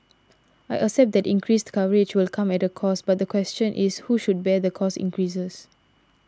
I accept that increased coverage will come at a cost but the question is who should bear the cost increases